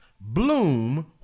Bloom